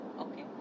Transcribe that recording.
okay